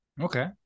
Okay